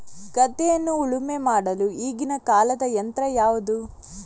ಗದ್ದೆಯನ್ನು ಉಳುಮೆ ಮಾಡಲು ಈಗಿನ ಕಾಲದ ಯಂತ್ರ ಯಾವುದು?